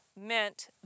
meant